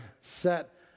set